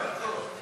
כל הזמן נטפל אלי,